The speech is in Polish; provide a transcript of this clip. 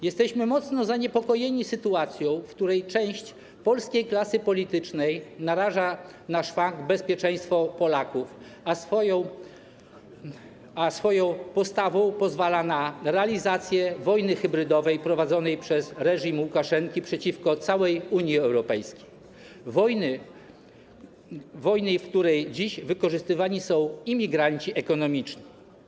Jesteśmy mocno zaniepokojeni sytuacją, w której część polskiej klasy politycznej naraża na szwank bezpieczeństwo Polaków, a swoją postawą pozwala na realizację wojny hybrydowej prowadzonej przez reżim Łukaszenki przeciwko całej Unii Europejskiej, wojny, w której dziś wykorzystywani są imigranci ekonomiczni.